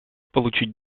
получить